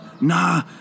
nah